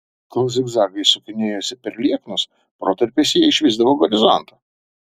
kol zigzagais sukinėjosi per lieknus protarpiais jie išvysdavo horizontą